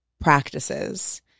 practices